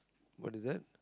what is that